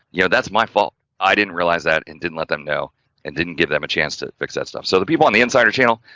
you know, that's my fault, i didn't realize that and did let them know and didn't give them a chance to fix that stuff, so, the people on the insider channel,